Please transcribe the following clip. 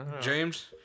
James